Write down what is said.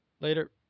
later